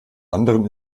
anderen